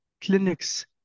clinics